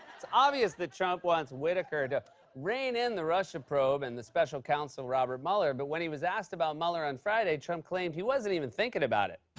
it's obvious that trump wants whitaker to rein in the russia probe and the special counsel, robert mueller. but when he was asked about mueller on friday, trump claimed he wasn't even thinking about it.